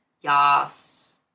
Yes